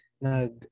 nag